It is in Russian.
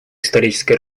исторической